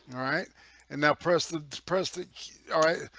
all right and now press the depressed and all right,